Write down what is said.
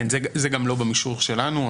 זה גם לא במישור שלנו,